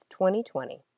2020